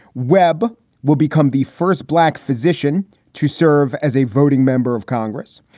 webb will become the first black physician to serve as a voting member of congress.